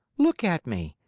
look at me!